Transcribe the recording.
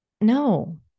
no